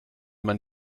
man